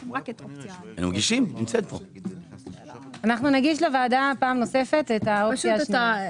נגיש לוועדה פעם נוספת את האופציה השנייה.